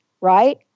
right